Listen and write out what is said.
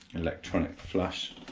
electronic flush,